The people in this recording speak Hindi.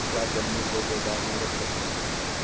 क्या गन्ने को गोदाम में रख सकते हैं?